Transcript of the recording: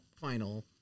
final